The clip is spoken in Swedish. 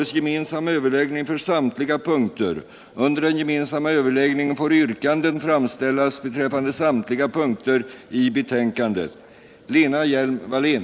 2. bemyndiga regeringen att vidta de åtgärder som behövdes för att möjliggöra en fortsatt avveckling av Ingemundskolan,